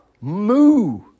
moo